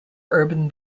urban